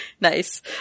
Nice